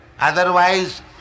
Otherwise